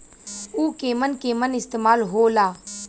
उव केमन केमन इस्तेमाल हो ला?